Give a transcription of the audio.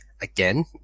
Again